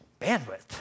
Bandwidth